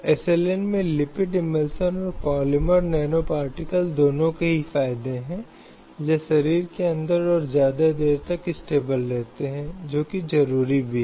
अब यह लेख मानव और भिखारियों या किसी अन्य प्रकार के जबरन श्रम में तस्करी पर रोक लगाता है